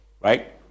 right